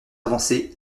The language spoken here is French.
avancé